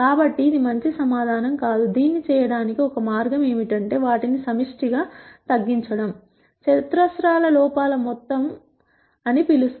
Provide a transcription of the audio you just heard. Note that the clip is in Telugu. కాబట్టి ఇది మంచి సమాధానం కాదు దీన్ని చేయటానికి ఒక మార్గం ఏమిటంటే వాటిని సమిష్టి గా తగ్గించడం చతురస్రాల లోపాల మొత్తం sఅని మేము పిలుస్తాము